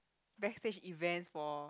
backstage events for